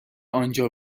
آنجا